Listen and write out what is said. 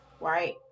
right